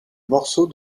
morceau